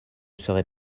serais